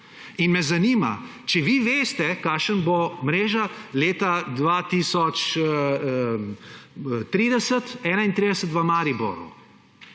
nisem. Zanima me, če vi veste, kakšna bo mreža leta 2030, 2031 v Mariboru.